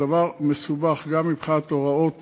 זה דבר מסובך, גם מבחינת הוראות